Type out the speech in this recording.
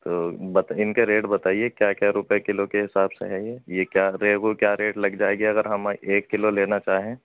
تو بتا اِن کا ریٹ بتائیے کیا کیا روپے کلو کے حساب سے ہے یہ یہ کیا ریہو کیا ریٹ لگ جائے گی اگر ہم ایک کلو لینا چاہیں